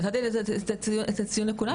נתתי את הציון לכולם.